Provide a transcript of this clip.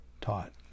taught